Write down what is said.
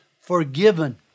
forgiven